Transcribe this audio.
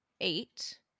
eight